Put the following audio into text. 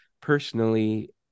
personally